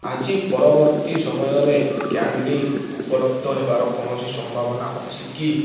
ଆଜି ପରବର୍ତ୍ତୀ ସମୟରେ କ୍ୟାଣ୍ଡି ଉପଲବ୍ଧ ହେବାର କୌଣସି ସମ୍ଭାବନା ଅଛି କି